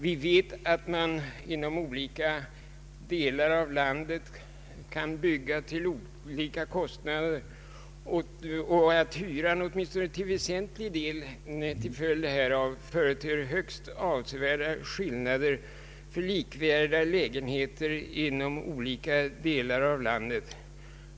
Vi vet att man inom olika delar av landet kan bygga till olika kostnader och att hyran, åtminstone till väsentlig del, som följd härav företer högst avsevärda skillnader för likvärdiga lägenheter inom olika delar av landet.